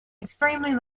extremely